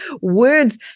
Words